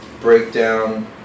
breakdown